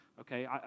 okay